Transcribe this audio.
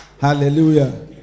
hallelujah